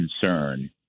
concern